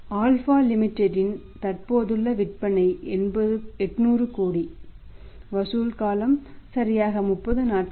alpha Limited இன் தற்போதுள்ள விற்பனை 800 கோடி வசூல் காலம் சராசரியாக 30 நாட்கள்